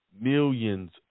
millions